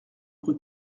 rue